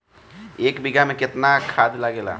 एक बिगहा में केतना खाद लागेला?